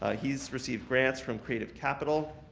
ah he's received grants from creative capital,